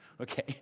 Okay